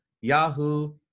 yahoo